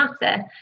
matter